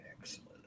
Excellent